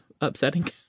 upsetting